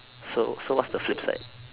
so so what's the flip side